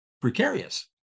precarious